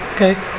okay